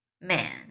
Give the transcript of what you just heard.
Man